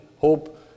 hope